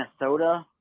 Minnesota